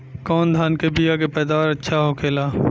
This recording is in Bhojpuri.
कवन धान के बीया के पैदावार अच्छा होखेला?